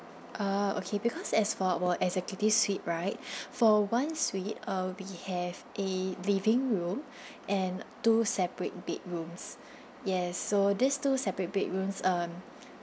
ah okay because as for our executive suite right for one suite uh we have a living room and two separate bedrooms yes so these two separate bedrooms um